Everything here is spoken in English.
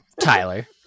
Tyler